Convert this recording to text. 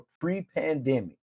pre-pandemic